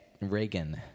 Reagan